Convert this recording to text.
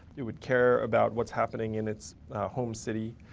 it would care about what's happening in its home city.